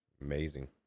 Amazing